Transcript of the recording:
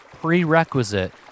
prerequisite